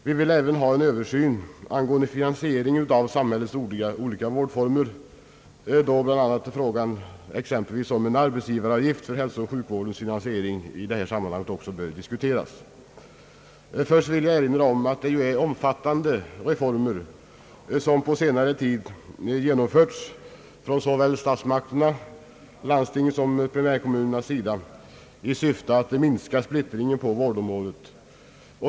Vi vill även ha en översyn angående finansieringen av samhällets olika vårdformer, där bl.a. frågan om en arbetsgivaravgift för hälsooch sjukvårdens finansiering också bör diskuteras. Först vill jag erinra om att det är omfattande reformer som på senare tid genomförts från såväl statsmakternas som landstingens och primärkommunernas sida i syfte att minska splittringen på vårdområdet.